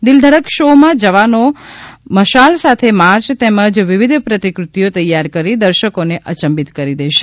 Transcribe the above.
દિલધડક શોમાં જવાનો મશાલ સાથે માર્ચ તેમજ વિવિધ પ્રતિકૃતિઓ તૈયાર કરી દર્શકોને અયંબિત કરી દેશે